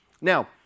now